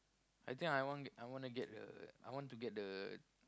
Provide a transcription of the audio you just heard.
I think I want get I wanna get the I want to get the